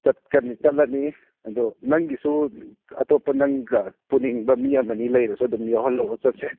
ꯆꯠꯀꯅꯤ ꯆꯠꯂꯅꯤ ꯑꯗꯣ ꯅꯪꯒꯤꯁꯨ ꯑꯇꯣꯞꯄ ꯅꯪꯒ ꯄꯨꯅꯤꯡꯕ ꯃꯤ ꯑꯃꯅꯤ ꯂꯩꯔꯁꯨ ꯑꯗꯨꯝ ꯌꯥꯎꯍꯜꯂꯛꯑꯣ ꯆꯠꯁꯦ